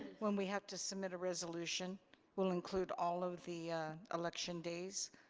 when we have to submit a resolution we'll include all of the election days.